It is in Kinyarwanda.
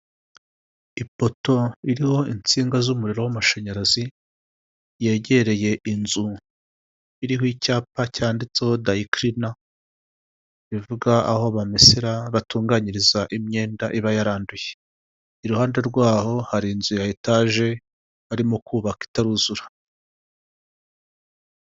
Ipoto ririho insinga z'umuriro w'amashanyarazi ryegereye inzu iriho icyapa cyanditseho "durayikirina", bivuga aho bamesera, batunganyiriza imyenda iba yaranduye. Iruhande rwaho hari inzu ya etage barimo kubaka itari yuzura.